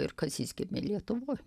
ir kazys gimė lietuvoj